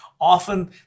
Often